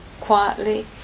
Quietly